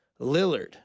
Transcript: Lillard